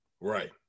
Right